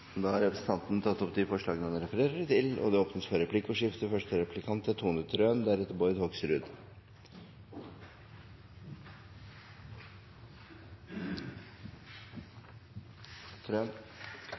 Da har representanten Liv Signe Navarsete tatt opp de forslagene hun refererte til. Det er